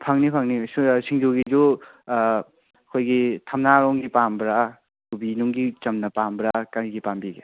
ꯐꯪꯅꯤ ꯐꯪꯅꯤ ꯁꯤꯡꯖꯨꯒꯤꯁꯨ ꯑꯩꯈꯣꯏꯒꯤ ꯊꯝꯅꯥꯔꯣꯝꯒꯤ ꯄꯥꯝꯕ꯭ꯔꯥ ꯀꯣꯕꯤ ꯅꯨꯡꯕꯤ ꯆꯝꯅ ꯄꯥꯝꯕ꯭ꯔꯥ ꯀꯩꯒꯤ ꯄꯥꯝꯕꯤꯒꯦ